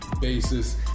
basis